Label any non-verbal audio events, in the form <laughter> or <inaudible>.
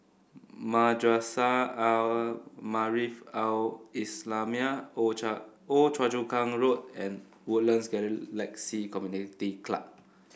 Madrasah Al Maarif Al Islamiah <unintelligible> Old Choa Chu Kang Road and Woodlands Galaxy Community Club